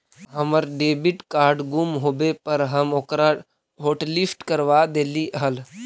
हमर debit card गुम होवे पर हम ओकरा हॉटलिस्ट करवा देली हल